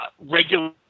regular